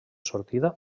sortida